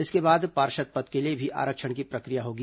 इसके बाद पार्षद पद के लिए भी आरक्षण की प्रक्रिया होगी